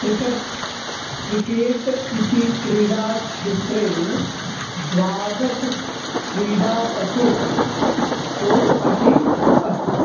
cricket cricket इति क्रीडाक्षेत्रे द्वादश क्रीडापटु हु अपि अस्ति